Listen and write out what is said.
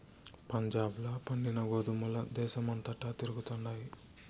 పంజాబ్ ల పండిన గోధుమల దేశమంతటా తిరుగుతండాయి